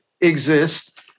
exist